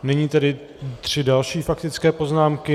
Nyní tedy tři další faktické poznámky.